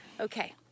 Okay